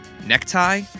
Necktie